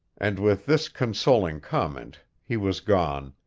and with this consoling comment he was gone,